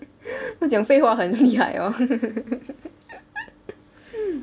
我讲废话很厉害 hor